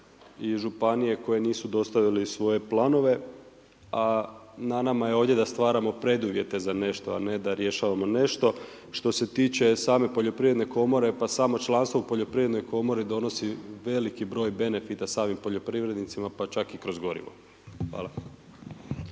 i županije koji nisu dostavili svoje planove a nama je ovdje da stvaramo preduvjete za nešto a ne da rješavamo nešto. Što se tiče same Poljoprivredne komore, pa samo članstvo u Poljoprivrednoj komori donosi veliki broj benefita samim poljoprivrednicima pa čak i kroz gorivo. Hvala.